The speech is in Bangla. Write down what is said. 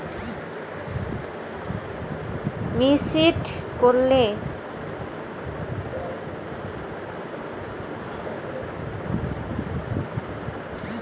মিসড্ কলের মাধ্যমে কি একাউন্ট ব্যালেন্স চেক করা যায়?